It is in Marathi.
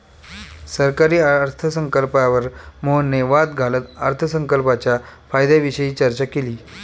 सरकारी अर्थसंकल्पावर मोहनने वाद घालत अर्थसंकल्पाच्या फायद्यांविषयी चर्चा केली